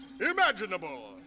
imaginable